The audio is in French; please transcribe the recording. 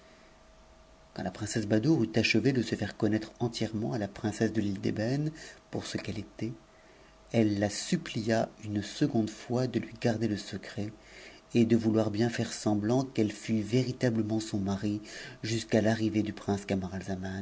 de se faire connaître entière t à n princesse de l'île d'ëbène pour ce qu'elle était elle la supplia une seconde fois de lui garder le secret et de vouloir bien faire semblant tt'fhe fût véritablement son mari jusqu'à l'arrivée du prince